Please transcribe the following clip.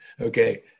okay